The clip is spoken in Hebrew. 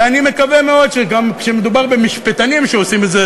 ואני מקווה מאוד שגם כשמדובר במשפטנים שעושים את זה,